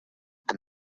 and